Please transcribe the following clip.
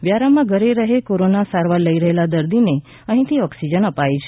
વ્યારામાં ઘેર રહે કોરોના સારવાર લઈ રહેલા દર્દીને અહીંથી ઑક્સીજન અપાય છે